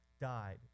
died